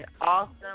awesome